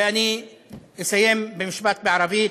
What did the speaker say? ואני אסיים במשפט בערבית: